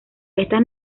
estas